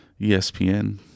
ESPN